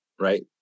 right